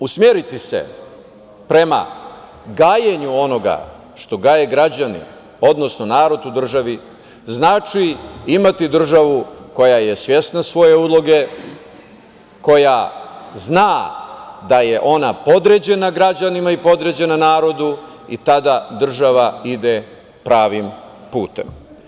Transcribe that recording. Usmeriti se prema gajenju onoga što gaje građani, odnosno narod u državi, znači imati državu koja je svesna svoje uloge, koja zna da je ona podređena građanima i podređena narodu i tada država ide pravim putem.